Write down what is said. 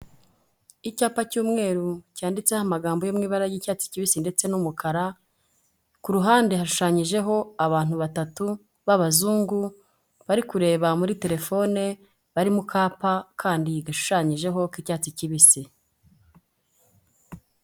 Icyapa cy'umweru cyanditseho amagambo yo mu ibara ry'icyatsi kibisi ndetse n'umukara, ku ruhande hashushanyijeho abantu batatu b'abazungu bari kureba muri telefone, bari mu kapa kandi gashushanyijeho k'icyatsi kibisi.